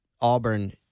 Auburn